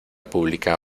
pública